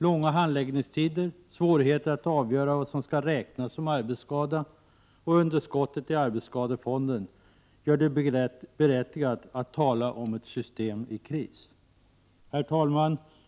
Långa handläggningstider, svårigheter att avgöra vad som skall räknas som arbetsskada, och underskottet i arbetsskadefonden gör det berättigat att tala om ett system i kris. Herr talman!